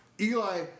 Eli